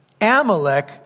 Amalek